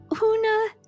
Una